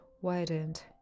widened